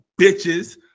bitches